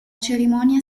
cerimonia